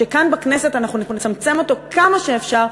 שכאן בכנסת אנחנו נצמצם אותו כמה שאפשר,